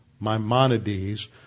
Maimonides